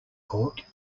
court